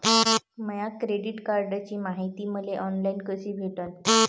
माया credit कार्डची मायती मले ऑनलाईन कसी भेटन?